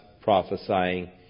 prophesying